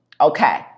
Okay